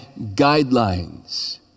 guidelines